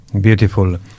Beautiful